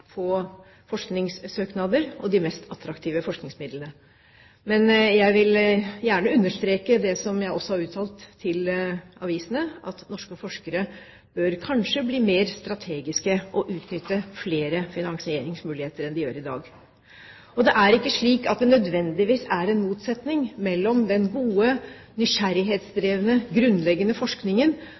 på forskningssøknader og de mest attraktive forskningsmidlene. Men jeg vil gjerne understreke det som jeg også har uttalt til avisene, at norske forskere kanskje bør bli mer strategiske og utnytte flere finansieringsmuligheter enn de gjør i dag. Og det er ikke slik at det nødvendigvis er en motsetning mellom den gode, nysgjerrighetsdrevne, grunnleggende forskningen